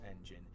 engine